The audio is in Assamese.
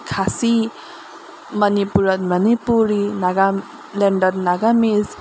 খাচী মণিপুৰত মণিপুৰি নাগালেণ্ডত নাগামিজ